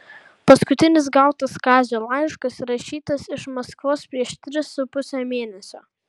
paskutinis gautas kazio laiškas rašytas iš maskvos prieš tris su puse mėnesio